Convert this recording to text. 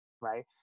right